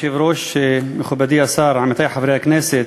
כבוד היושב-ראש, מכובדי השר, עמיתי חברי הכנסת,